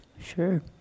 Sure